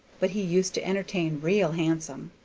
but he used to entertain real handsome.